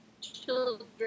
children